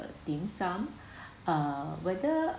dim sum uh whether